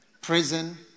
Prison